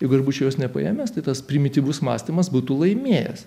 jeigu ir būčiau jos nepaėmęs tai tas primityvus mąstymas būtų laimėjęs